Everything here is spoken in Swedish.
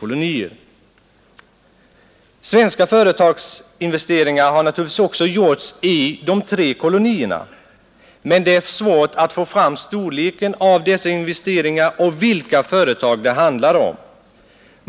kolonierna. Svenska företagsinvesteringar har också gjorts i de tre kolonierna. Men det är svårt att få fram storleken av dessa investeringar och vilka företag det handlar om.